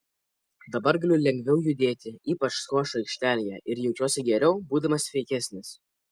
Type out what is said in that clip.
dabar galiu lengviau judėti ypač skvošo aikštelėje ir jaučiuosi geriau būdamas sveikesnis